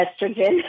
estrogen